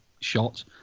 shot